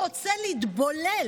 תודה רבה, אדוני השר.